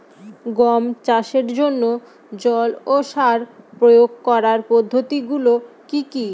গম চাষের জন্যে জল ও সার প্রয়োগ করার পদ্ধতি গুলো কি কী?